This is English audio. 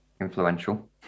influential